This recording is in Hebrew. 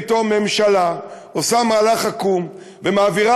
פתאום הממשלה עושה מהלך עקום ומעבירה